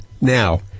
now